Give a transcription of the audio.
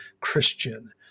Christian